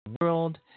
world